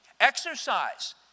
Exercise